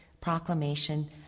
proclamation